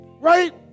right